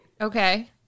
Okay